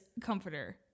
comforter